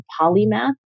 polymath